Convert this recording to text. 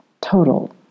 total